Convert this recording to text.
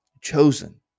chosen